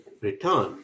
return